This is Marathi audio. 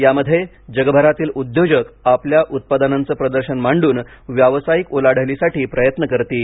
यामध्ये जगभरातील उद्योजक आपल्या उत्पादनांचं प्रदर्शन मांडून व्यवसायिक उलाढालीसाठी प्रयत्न करतील